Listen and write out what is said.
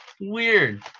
Weird